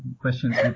questions